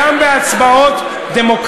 לדמות שהיא דמות